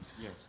Yes